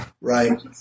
Right